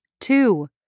two